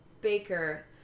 Baker